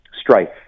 strife